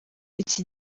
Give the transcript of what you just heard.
iki